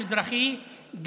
לא רק ביציע המזרחי,